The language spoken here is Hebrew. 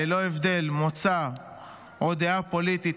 ללא הבדל מוצא או דעה פוליטית,